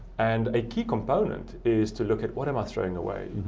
and, a key component is to look at what am i throwing away?